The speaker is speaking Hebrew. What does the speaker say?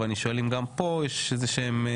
ואני שואל אם גם פה יש איזה שהם?